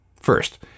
first